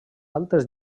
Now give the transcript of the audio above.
altes